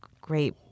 great